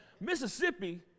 Mississippi